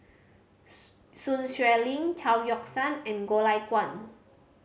Sun Xueling Chao Yoke San and Goh Lay Kuan